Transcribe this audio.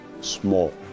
small